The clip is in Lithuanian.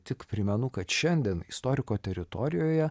tik primenu kad šiandien istoriko teritorijoje